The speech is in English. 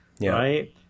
right